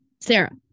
Sarah